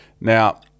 Now